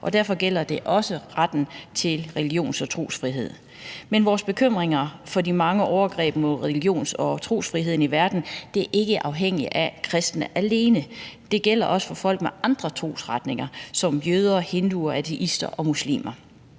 og derfor gælder det også retten til religions- og trosfrihed. Men vores bekymring over de mange overgreb mod religions- og trosfrihed i verden omfatter ikke kristne alene – det gælder også for folk af andre trosretninger som f.eks. jøder, hinduer, ateister og muslimer.